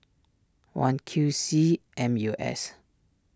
one Q C M U S